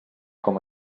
com